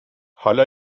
حالا